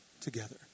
together